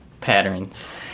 patterns